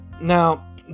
Now